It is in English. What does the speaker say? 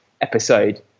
episode